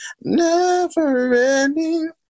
never-ending